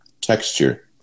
Texture